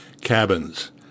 cabins